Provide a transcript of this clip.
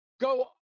go